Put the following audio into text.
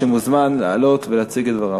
שמוזמן לעלות ולהציג את דבריו.